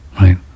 right